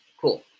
cool